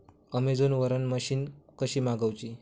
Amazon वरन machine कशी मागवची?